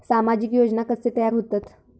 सामाजिक योजना कसे तयार होतत?